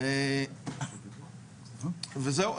וזהו,